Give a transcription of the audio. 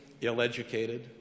ill-educated